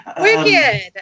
Wicked